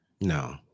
No